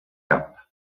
cap